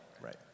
Right